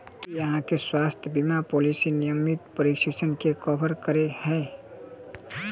की अहाँ केँ स्वास्थ्य बीमा पॉलिसी नियमित परीक्षणसभ केँ कवर करे है?